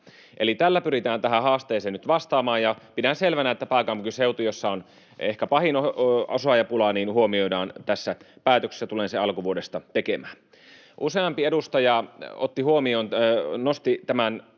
tällä pyritään tähän haasteeseen nyt vastaamaan, ja pidän selvänä, että pääkaupunkiseutu, missä on ehkä pahin osaajapula, huomioidaan tässä päätöksessä, jonka tulen alkuvuodesta tekemään. [Vasemmalta: Kiitos,